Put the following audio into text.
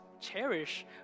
cherish